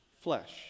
flesh